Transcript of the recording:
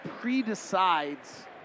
pre-decides